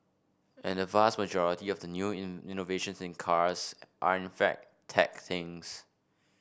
and the vast majority of the new innovations in cars are in fact tech things